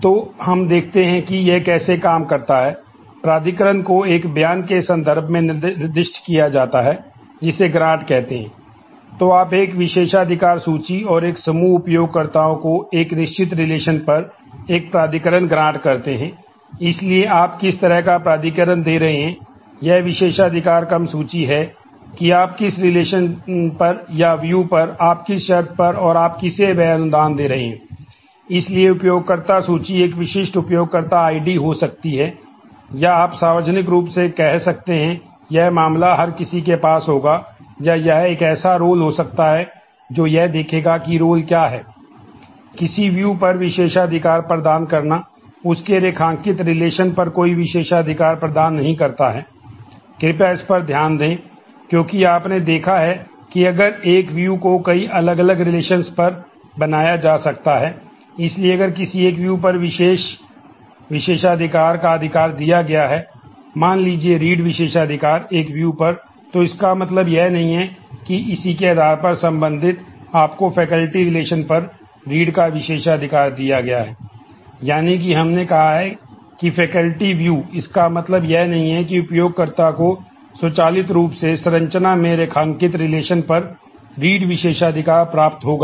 तो हम देखते हैं कि यह कैसे काम करता है प्राधिकरण को एक बयान के संदर्भ में निर्दिष्ट किया जाता है जिसे ग्रांट विशेषाधिकार प्राप्त होगा